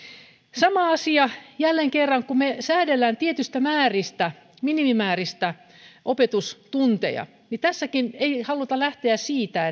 sama asia jälleen kerran kun me säätelemme tietyistä määristä minimimääristä opetustunteja niin tässäkään ei haluta lähteä siitä